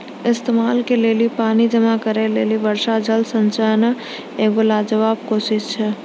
इस्तेमाल के लेली पानी जमा करै लेली वर्षा जल संचयन एगो लाजबाब कोशिश छै